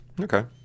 Okay